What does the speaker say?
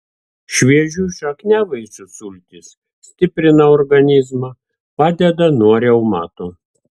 šviežių šakniavaisių sultys stiprina organizmą padeda nuo reumato